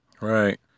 Right